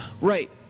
Right